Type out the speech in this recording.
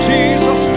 Jesus